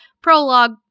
prologue